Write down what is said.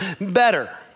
better